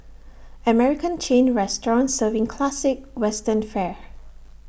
American chain restaurant serving classic western fare